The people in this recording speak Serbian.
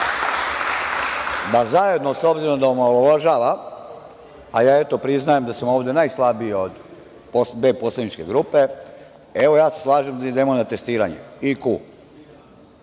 Da zajedno, s obzirom da omalovažava, a ja eto priznajem da sam ovde najslabiji od dve poslaničke grupe, evo, ja se slažem da idemo na testeranje.